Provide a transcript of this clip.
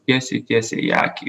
tiesiai tiesiai akį